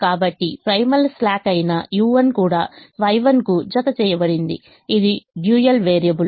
కాబట్టి primal slack అయిన u1 కూడా Y1కు జత చేయబడింది ఇది డ్యూయల్ వేరియబుల్